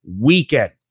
weekend